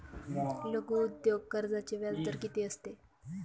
लघु उद्योग कर्जाचे व्याजदर किती असते?